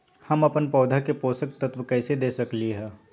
हम अपन पौधा के पोषक तत्व कैसे दे सकली ह?